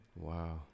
wow